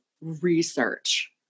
research